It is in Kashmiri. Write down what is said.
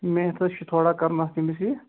میتَھس چھِ تھوڑا کَرُن اَتھ أمِس یہِ